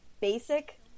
basic